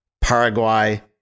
Paraguay